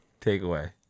Takeaway